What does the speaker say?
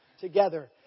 together